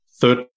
third